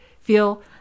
feel